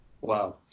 wow